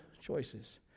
choices